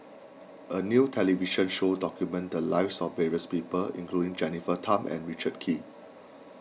a new television show documented the lives of various people including Jennifer Tham and Richard Kee